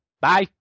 Bye